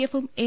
എഫും എൻ